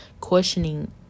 questioning